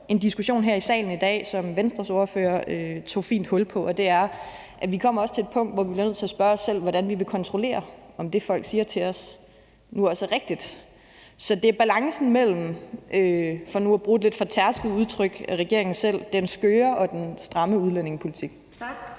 en diskussion, som Venstres ordfører tog fint hul på, og den handler om, at vi også kommer til et punkt, hvor vi bliver nødt til at spørge os selv, hvordan vi vil kontrollere, om det, folk siger til os, nu også er rigtigt. Så det er balancen mellem – for nu at bruge et lidt fortærsket udtryk, regeringen selv har brugt – den skøre og den stramme udlændingepolitik.